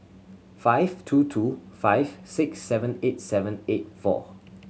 five two two five six seven eight seven eight four